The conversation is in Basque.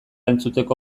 entzuteko